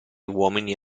uomini